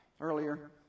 earlier